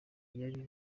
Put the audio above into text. yari